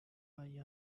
buy